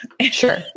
sure